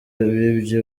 bibye